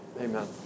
Amen